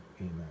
Amen